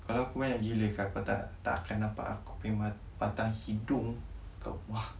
kalau aku banyak gila kan akan nampak aku punya batang hidung kat rumah